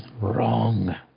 wrong